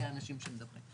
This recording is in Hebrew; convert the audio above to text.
התוכנית יצאה לדרך ב-2011.